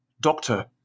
Doctor